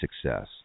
success